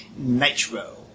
Nitro